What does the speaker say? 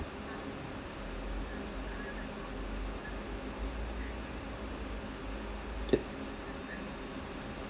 it